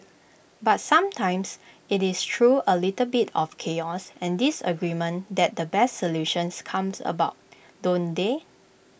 but sometimes IT is through A little bit of chaos and disagreement that the best solutions come about don't they